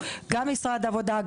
גם משרד העבודה,